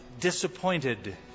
disappointed